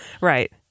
Right